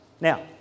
Now